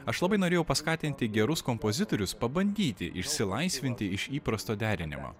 aš labai norėjau paskatinti gerus kompozitorius pabandyti išsilaisvinti iš įprasto derinimo